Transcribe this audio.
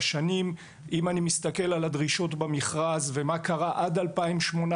אם אני מסתכל על הדרישות במכרז ומה קרה עד 2018,